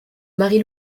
mary